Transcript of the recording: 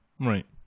Right